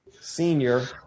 senior